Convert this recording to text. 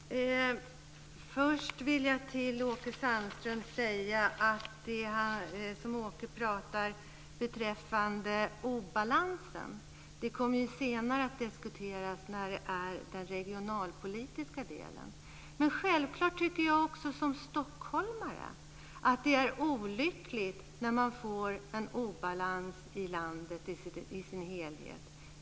Fru talman! Först vill jag säga något till Åke Sandström om det som han pratar om beträffande obalansen. Detta kommer att diskuteras senare, i den regionalpolitiska delen. Men självfallet tycker jag också som stockholmare att det är olyckligt när man får en obalans i landet i dess helhet.